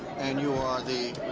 and you are the.